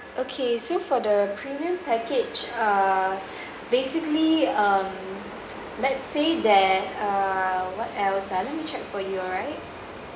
okay so for the premium package uh basically um let say there uh what else ah let me check for you alright